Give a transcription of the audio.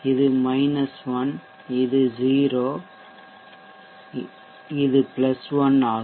இது 1 இது 0 இது 1 ஆகும்